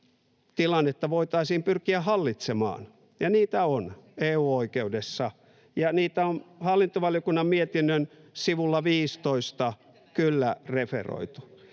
tilannetta voitaisiin pyrkiä hallitsemaan. Niitä on EU-oikeudessa, ja niitä on hallintovaliokunnan mietinnön sivulla 15 kyllä referoitu.